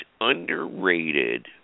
underrated